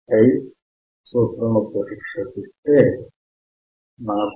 5V0